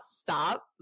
stop